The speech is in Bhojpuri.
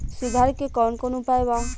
सुधार के कौन कौन उपाय वा?